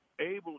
able